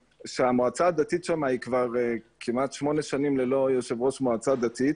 שהמועצה הדתית שם היא כבר כמעט שמונה שנים ללא יושב-ראש מועצה דתית.